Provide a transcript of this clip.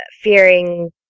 fearing